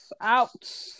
Out